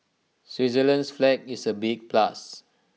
Switzerland's flag is A big plus